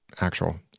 actual